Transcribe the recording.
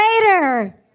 greater